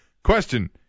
Question